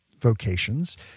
vocations